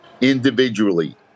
individually